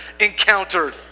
encountered